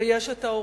ויש ההורים.